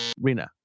Rina